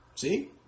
See